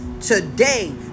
today